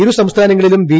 ഇരു സംസ്ഥാനങ്ങളിലും ബി